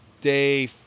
day